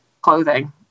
clothing